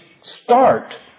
Start